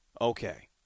Okay